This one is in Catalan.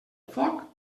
foc